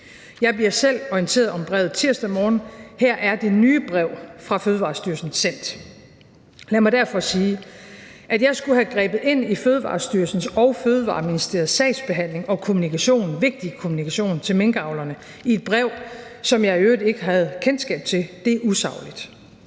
Jeg bliver selv orienteret om brevet tirsdag morgen; her er det nye brev fra Fødevarestyrelsen sendt. Kl. 13:08 Lad mig derfor sige: At jeg skulle have grebet ind i Fødevarestyrelsens og Fødevareministeriets sagsbehandling og kommunikation – vigtige kommunikation – til minkavlerne i et brev, som jeg i øvrigt ikke havde kendskab til, er usagligt.